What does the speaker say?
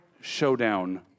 Showdown